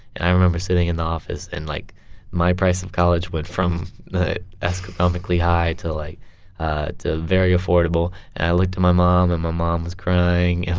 and i remember sitting in the office and like my price of college went from astronomically high to like to very affordable. and i looked at my mom, and my mom was crying.